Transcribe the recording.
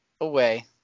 away